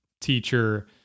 teacher